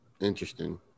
Interesting